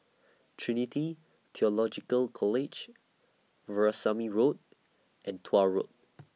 Trinity Theological College Veerasamy Road and Tuah Road